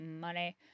money